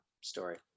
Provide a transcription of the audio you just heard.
story